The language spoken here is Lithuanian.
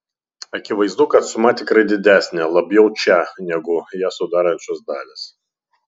akivaizdu kad suma tikrai didesnė labiau čia negu ją sudarančios dalys